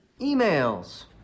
Emails